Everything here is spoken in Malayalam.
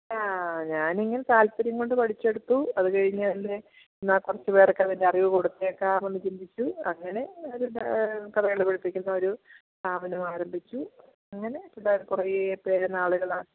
ആ ഞാൻ ഇങ്ങനെ താല്പര്യം കൊണ്ട് പഠിച്ചെടുത്തു അതുകഴിഞ്ഞ് എന്നെ കുറച്ചു പേരൊക്കെ അതിൻ്റെ അറിവ് കൊടുത്തേക്കാം എന്ന് ചിന്തിച്ചു അങ്ങനെ കഥകളി പഠിപ്പിക്കുന്ന ഒരു സ്ഥാപനം ആരംഭിച്ചു അങ്ങനെ കുറേ പേര് നാളുകളായി